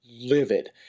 livid